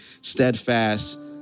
steadfast